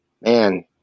man